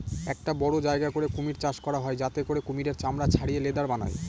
একটা বড়ো জায়গা করে কুমির চাষ করা হয় যাতে করে কুমিরের চামড়া ছাড়িয়ে লেদার বানায়